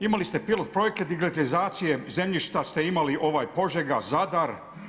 Imali ste pilot projekte, digitalizacije, zemljišta, ste imali, ovaj, Požega, Zadar.